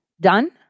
done